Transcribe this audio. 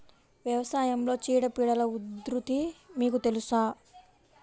వ్యవసాయంలో చీడపీడల ఉధృతి మీకు తెలుసా?